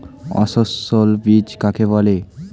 অসস্যল বীজ কাকে বলে?